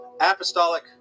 Apostolic